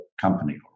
company